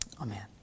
Amen